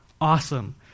Awesome